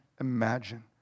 imagine